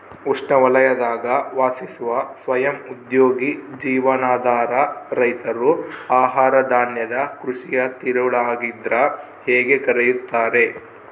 ಉಷ್ಣವಲಯದಾಗ ವಾಸಿಸುವ ಸ್ವಯಂ ಉದ್ಯೋಗಿ ಜೀವನಾಧಾರ ರೈತರು ಆಹಾರಧಾನ್ಯದ ಕೃಷಿಯ ತಿರುಳಾಗಿದ್ರ ಹೇಗೆ ಕರೆಯುತ್ತಾರೆ